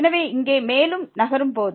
எனவே இங்கே மேலும் நகரும் போது